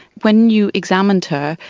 when you examined her,